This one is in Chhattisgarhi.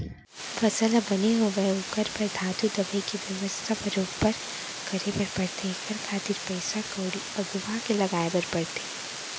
फसल ह बने होवय ओखर बर धातु, दवई के बेवस्था बरोबर करे बर परथे एखर खातिर पइसा कउड़ी अघुवाके लगाय बर परथे